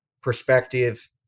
perspective